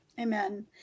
Amen